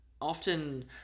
often